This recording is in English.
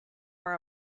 are